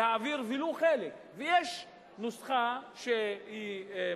להעביר ולו חלק, ויש נוסחה, שמוסברת